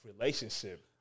relationship